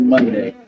Monday